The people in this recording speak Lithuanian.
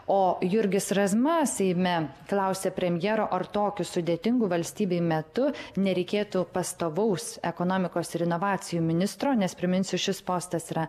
o jurgis razma seime klausė premjero ar tokiu sudėtingu valstybei metu nereikėtų pastovaus ekonomikos ir inovacijų ministro nes priminsiu šis postas yra